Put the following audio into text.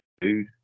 dude